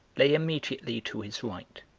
lay immediately to his right.